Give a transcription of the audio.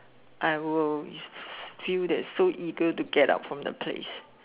I will feel that so eager to get out from that place